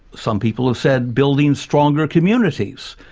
some people have said, building stronger communities,